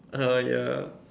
oh yeah